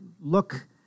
look